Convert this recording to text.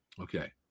Okay